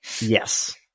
Yes